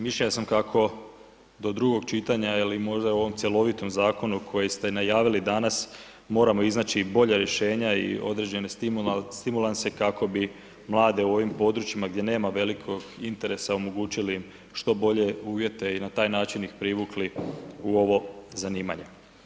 Mišljenja sam kako do drugog čitanja ili možda u ovom cjelovitom zakonu koji ste najavili danas moramo iznaći bolja rješenja i određene stimulanse kako bi mlade u ovim područjima gdje nema velikog interesa omogućili što bolje uvjete i na taj način ih privukli u ovo zanimanje.